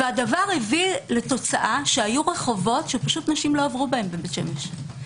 הדבר הביא לכך שהיו רחובות שנשים לא עברו בהם בבית שמש.